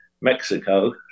Mexico